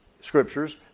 scriptures